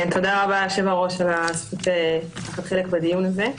תודה רבה ליושב-ראש על הזכות לקחת חלק בדיון הזה,